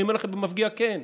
אני אומר לכם במפגיע: כן.